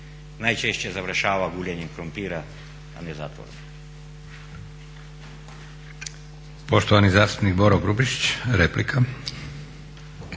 najčešće završava guljenjem krumpira, a ne zatvorom.